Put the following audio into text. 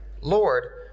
Lord